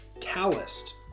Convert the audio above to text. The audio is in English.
calloused